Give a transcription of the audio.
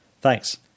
Thanks